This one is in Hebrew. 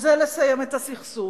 וזה לסיים את הסכסוך.